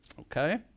okay